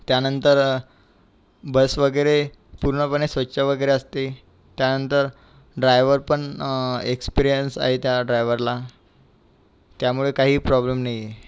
त्यानंतर बस वगैरे पूर्णपणे स्वच्छ वगैरे असते त्यानंतर ड्रायवर पण एक्सपिरियंस आहे त्या ड्रायवरला त्यामुळे काहीही प्रॉब्लेम नाही आहे